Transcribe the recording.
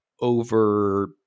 over